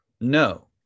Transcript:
No